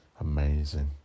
Amazing